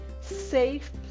safe